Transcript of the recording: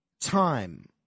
time